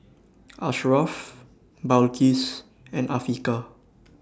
Asharaff Balqis and Afiqah